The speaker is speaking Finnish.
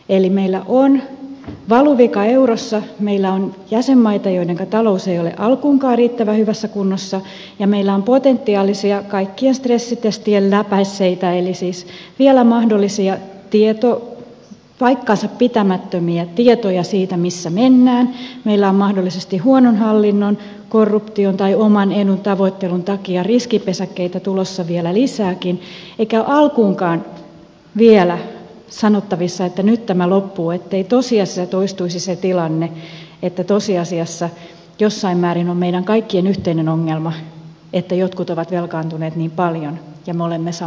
eli meillä on valuvika eurossa meillä on jäsenmaita joidenka talous ei ole alkuunkaan riittävän hyvässä kunnossa ja meillä on potentiaalisia kaikkien stressitestien läpäisseitä eli siis vielä mahdollisia paikkansapitämättömiä tietoja siitä missä mennään meillä on mahdollisesti huonon hallinnon korruption tai oman edun tavoittelun takia riskipesäkkeitä tulossa vielä lisääkin eikä ole alkuunkaan vielä sanottavissa että nyt tämä loppuu ettei toistuisi se tilanne että tosiasiassa jossain määrin on meidän kaikkien yhteinen ongelma että jotkut ovat velkaantuneet niin paljon ja me olemme samassa rahassa